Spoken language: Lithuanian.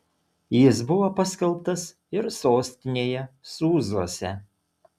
jis buvo paskelbtas ir sostinėje sūzuose